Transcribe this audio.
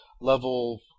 level